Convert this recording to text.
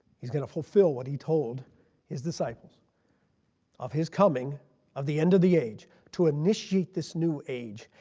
he is going to fulfill what he told his disciples of his coming of the end of the age to initiate this new age.